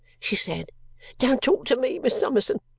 she said don't talk to me, miss summerson.